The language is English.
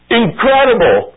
incredible